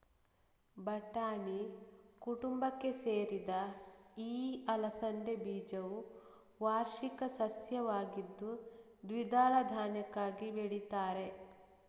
ಬಟಾಣಿ ಕುಟುಂಬಕ್ಕೆ ಸೇರಿದ ಈ ಅಲಸಂಡೆ ಬೀಜವು ವಾರ್ಷಿಕ ಸಸ್ಯವಾಗಿದ್ದು ದ್ವಿದಳ ಧಾನ್ಯಕ್ಕಾಗಿ ಬೆಳೀತಾರೆ